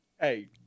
Hey